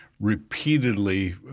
repeatedly